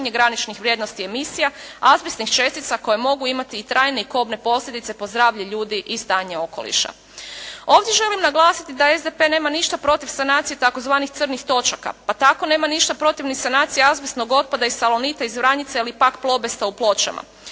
graničnih vrijednosti emisija, azbestnih čestica koje mogu imati i trajne i kobne posljedice po zdravlje ljudi i stanje okoliša. Ovdje želim naglasiti da SDP nema ništa protiv sanacije tzv. crnih točaka pa tako nema ništa protiv ni sanacije azbestnog otpada iz "Salonita" iz Vranjice ili "Pakplobesta" u Pločama.